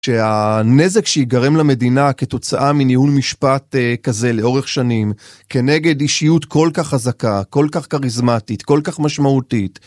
שהנזק שיגרם למדינה כתוצאה מניהול משפט כזה לאורך שנים, כנגד אישיות כל כך חזקה, כל כך כריזמטית, כל כך משמעותית.